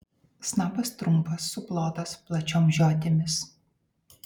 snapas trumpas suplotas plačiom žiotimis